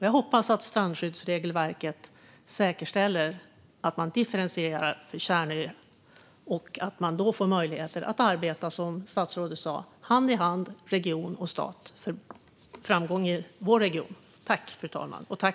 Jag hoppas att strandskyddsregelverket säkerställer en differentiering för kärnöar och att man då får möjlighet att, som statsrådet sa, arbeta hand i hand mellan region och stat - för framgång i vår region. Tack för debatten, ministern!